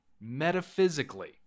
Metaphysically